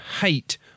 hate